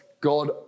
God